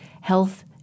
health